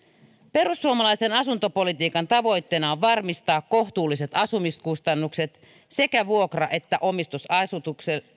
perussuomalaisen asuntopolitiikan tavoitteena on varmistaa kohtuulliset asumiskustannukset sekä vuokra että omistusasujille